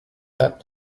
that